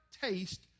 taste